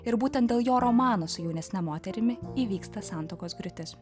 ir būtent dėl jo romanas su jaunesne moterimi įvyksta santuokos griūtis